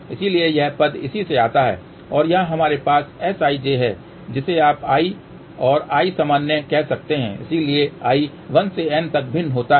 इसलिए यह पद इसी से आता है और यहां हमारे पास Sij है जिसे आप i और i सामान्य कह सकते हैं इसलिए i 1 से N तक भिन्न होता है